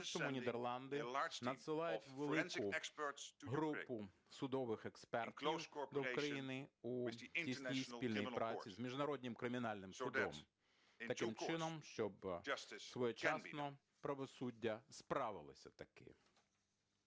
Нідерланди надсилають велику групу судових експертів до України у тісній спільній праці з Міжнародним кримінальним судом, таким чином щоб своєчасно правосуддя справилося таки.